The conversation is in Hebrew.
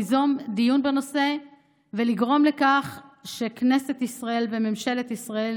ליזום דיון בנושא ולגרום לכך שכנסת ישראל וממשלת ישראל